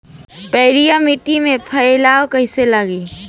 पीयर माटी में फलियां कइसे लागी?